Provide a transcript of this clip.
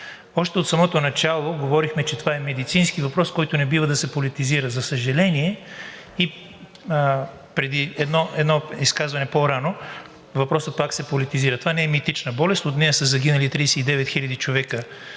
Още от самото начало говорихме, че това е медицински въпрос, който не бива да се политизира, за съжаление, в едно изказване по-рано въпросът пак се политизира. Това не е митична болест, а от нея са загинали директно